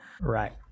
Right